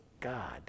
God